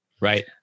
Right